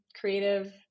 creative